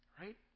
Right